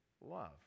love